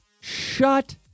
Shut